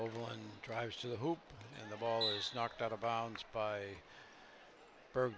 over one drives to the hoop and the ball is knocked out of bounds by b